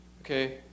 okay